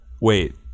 Wait